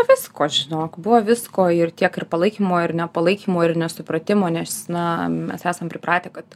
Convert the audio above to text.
visko žinok buvo visko ir tiek ir palaikymo ir nepalaikymo ir nesupratimo nes na mes esam pripratę kad